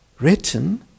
written